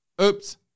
Oops